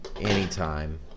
anytime